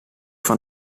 van